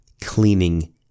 Cleaning